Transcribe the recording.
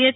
H